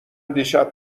دیشب